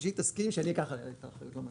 ושהיא תסכים שאני אקח עליי את האחריות על המטוס.